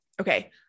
okay